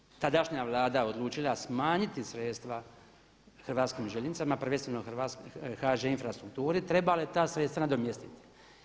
I kako je tadašnja Vlada odlučila smanjiti sredstva Hrvatskim željeznicama, prvenstveno HŽ infrastrukturi trebale ta sredstva nadomjestiti.